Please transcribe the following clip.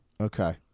Okay